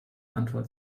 antwort